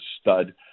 stud